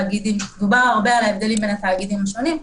דובר הרבה על ההבדלים בין התאגידים השונים.